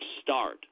start